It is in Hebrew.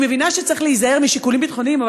אני מבינה שצריך להיזהר משיקולים ביטחוניים,